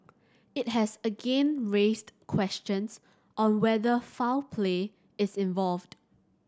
it has again raised questions on whether foul play is involved